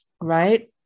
Right